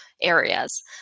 areas